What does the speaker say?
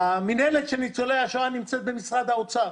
המינהלת של ניצולי השואה נמצאת במשרד האוצר.